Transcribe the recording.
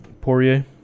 Poirier